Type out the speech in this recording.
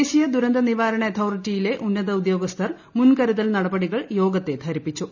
ദേശീയ ദുരന്ത നിവ്ാരണ അതോറിട്ടിയിലെ ഉന്നത ഉദ്യോഗ സ്ഥർ മുൻകരുതൽ നടപടികൾ യോഗത്തെ ധരിപ്പിച്ചു